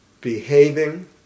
behaving